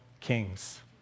Kings